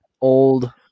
old